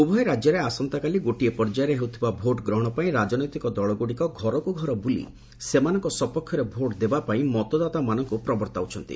ଉଭୟ ରାଜ୍ୟରେ ଆସନ୍ତାକାଲି ଗୋଟିଏ ପର୍ଯ୍ୟାୟରେ ହେଉଥିବା ଭୋଟ୍ ଗ୍ରହଣ ପାଇଁ ରାଜନୈତିକ ଦଳଗୁଡ଼ିକ ଘରକୁ ଘର ବୁଲି ସେମାନଙ୍କ ସପକ୍ଷରେ ଭୋଟ୍ ଦେବା ପାଇଁ ମତଦାତାମାନଙ୍କୁ ପ୍ରବର୍ତ୍ତାଉଚ୍ଚନ୍ତି